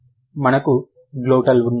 మనకు గ్లోటల్ ఉన్నాయి